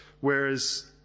whereas